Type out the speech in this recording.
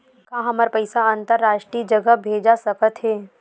का हमर पईसा अंतरराष्ट्रीय जगह भेजा सकत हे?